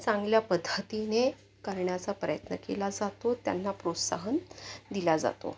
चांगल्या पद्धतीने करण्याचा प्रयत्न केला जातो त्यांना प्रोत्साहन दिला जातो